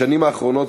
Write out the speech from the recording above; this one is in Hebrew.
בשנים האחרונות,